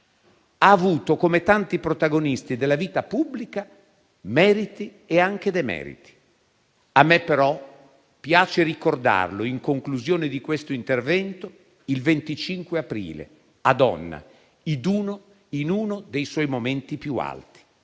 Ha avuto, come tanti protagonisti della vita pubblica, meriti e anche demeriti. A me però piace ricordarlo, in conclusione di questo intervento, il 25 aprile ad Onna, in uno dei suoi momenti più alti